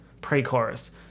Pre-chorus